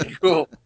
Cool